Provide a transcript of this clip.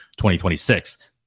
2026